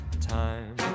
Time